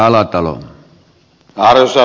arvoisa puhemies